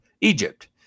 Egypt